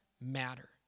matter